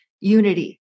unity